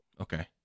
Okay